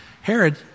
Herod